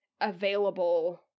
available